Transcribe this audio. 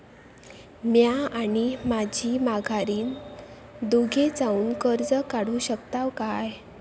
म्या आणि माझी माघारीन दोघे जावून कर्ज काढू शकताव काय?